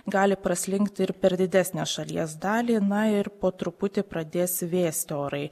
gali praslinkti ir per didesnę šalies dalį na ir po truputį pradės vėsti orai